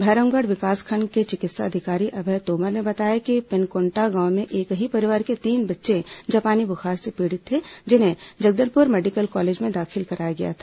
भैरमगढ़ विकासखंड के चिकित्सा अधिकारी अभय तोमर ने बताया कि पिनकोन्टा गांव में एक ही परिवार के तीन बच्चे जापानी बुखार से पीड़ित थे जिन्हें जगदलपुर मेडिकल कॉलेज में दाखिल कराया गया था